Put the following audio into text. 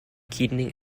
keating